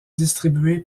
distribués